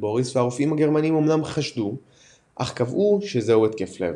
בוריס והרופאים הגרמנים אמנם חשדו אך קבעו שזהו התקף לב.